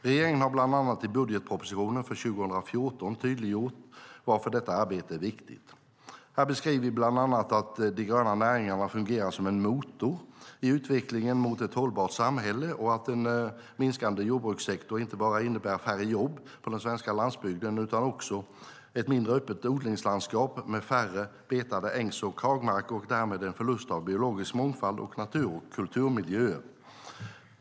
Regeringen har, bland annat i budgetpropositionen för 2014, tydliggjort varför detta arbete är viktigt. Där beskriver vi bland annat att de gröna näringarna fungerar som en motor i utvecklingen mot ett hållbart samhälle och att en minskande jordbrukssektor inte bara innebär färre jobb på den svenska landsbygden utan också ett mindre öppet odlingslandskap med färre betade ängs och hagmarker och därmed en förlust av biologisk mångfald och natur och kulturmiljöer.